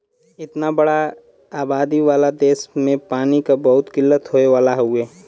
इतना बड़ा आबादी वाला देस में पानी क बहुत किल्लत होए वाला हउवे